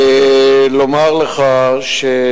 אני רוצה לומר לך שהנושא,